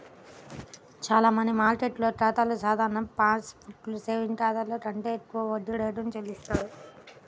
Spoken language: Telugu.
చాలా మనీ మార్కెట్ ఖాతాలు సాధారణ పాస్ బుక్ సేవింగ్స్ ఖాతాల కంటే ఎక్కువ వడ్డీ రేటును చెల్లిస్తాయి